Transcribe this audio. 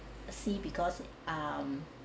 ~cy because um